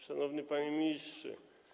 Szanowny Panie Ministrze!